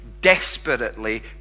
Desperately